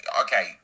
okay